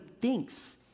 thinks